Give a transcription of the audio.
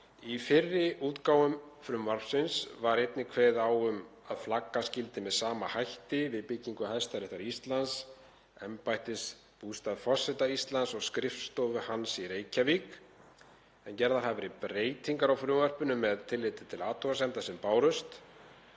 Í fyrri útgáfum frumvarpsins var einnig kveðið á um að flaggað skyldi með sama hætti við byggingu Hæstaréttar Íslands, embættisbústað forseta Íslands og skrifstofu hans í Reykjavík en gerðar hafa verið breytingar á frumvarpinu með tilliti til athugasemda sem bárust.